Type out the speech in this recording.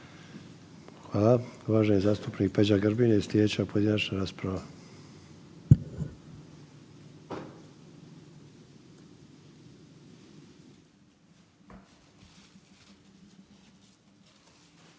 Hvala. Uvaženi zastupnik Peđa Grbin je slijedeća pojedinačna rasprava.